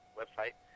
website